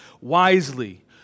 wisely